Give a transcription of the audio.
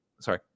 Sorry